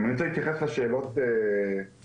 אני רוצה להתייחס לשאלות שהעלית.